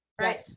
Right